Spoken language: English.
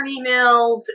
emails